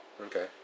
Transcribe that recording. Okay